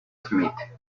smith